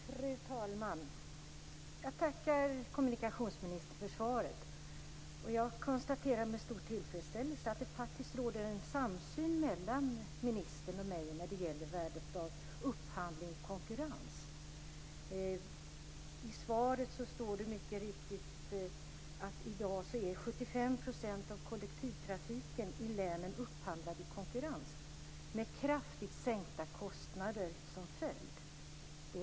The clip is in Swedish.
Fru talman! Jag tackar kommunikationsministern för svaret. Jag konstaterar med stor tillfredsställelse att det råder en samsyn mellan ministern och mig när det gäller värdet av upphandling i konkurrens. I svaret står det mycket riktigt "att i dag är ca 75 % av kollektivtrafiken i länen upphandlad i konkurrens, med kraftigt sänkta kostnader som följd".